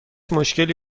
مشکلی